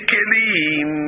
Kelim